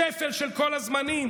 שפל של כל הזמנים.